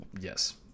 yes